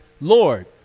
Lord